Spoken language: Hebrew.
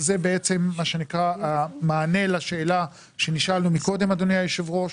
זה המענה לשאלה שנשאלנו מקודם, אדוני היושב ראש.